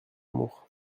amour